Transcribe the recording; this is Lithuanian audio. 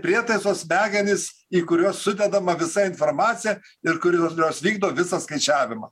prietaiso smegenys į kuriuos sudedama visa informacija ir kurios jos vykdo visą skaičiavimą